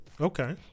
okay